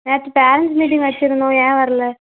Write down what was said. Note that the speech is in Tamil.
நேற்று பேரன்ட்ஸ் மீட்டிங் வச்சிருந்தோம் ஏன் வரல